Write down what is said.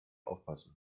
aufpasse